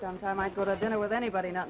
down time i go to dinner with anybody not